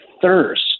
thirst